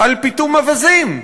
פיטום אווזים,